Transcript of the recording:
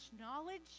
knowledge